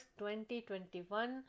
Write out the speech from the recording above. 2021